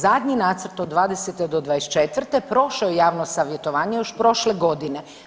Zadnji nacrt od '20. do '24., prošao je javno savjetovanje, još prošle godine.